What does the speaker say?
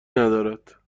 ندارد